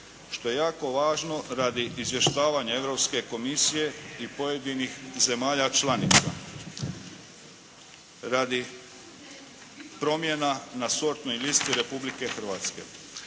što je jako važno radi izvještavanja Europske komisije i pojedinih zemalja članica radi promjena na sortnoj listi Republike Hrvatske.